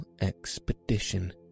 expedition